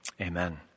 Amen